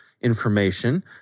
information